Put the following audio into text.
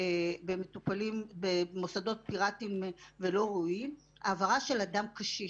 במטופלים במוסדות פיראטים ולא ראויים: העברה של אדם קשיש,